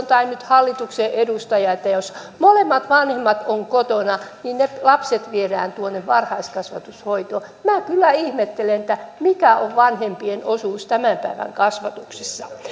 tai hallituksen edustaja että jos molemmat vanhemmat ovat kotona niin ne lapset viedään tuonne varhaiskasvatushoitoon minä kyllä ihmettelen mikä on vanhempien osuus tämän päivän kasvatuksessa